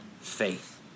faith